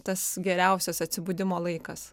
tas geriausias atsibudimo laikas